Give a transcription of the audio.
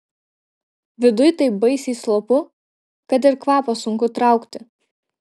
viduj taip baisiai slopu kad ir kvapą sunku traukti